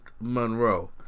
Monroe